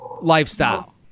lifestyle